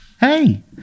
Hey